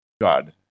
God